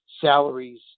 salaries